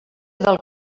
del